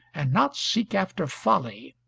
and not seek after folly.